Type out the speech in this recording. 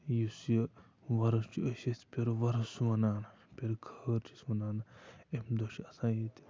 یُس یہِ وۄرُس چھُ أسۍ ٲسۍ پِرٕ وۄرُس وَنان پِرٕ خٲر چھِ أسۍ وَنان اَمہِ دۄہ چھِ آسان ییٚتہِ